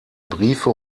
briefe